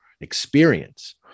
experience